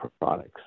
products